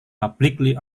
publicly